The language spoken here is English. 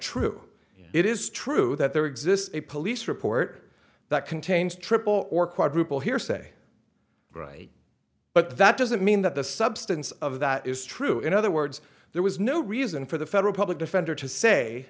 true it is true that there exists a police report that contains triple or quadruple hearsay right but that doesn't mean that the substance of that is true in other words there was no reason for the federal public defender to say